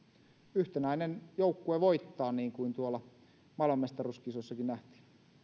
yhtenäinen joukkue voittaa niin kuin maailmanmestaruuskisoissakin nähtiin